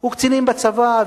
וקצינים בצבא,